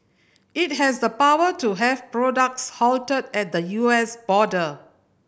it has the power to have products halted at the U S border